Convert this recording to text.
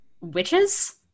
witches